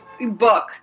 book